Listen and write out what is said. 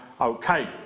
okay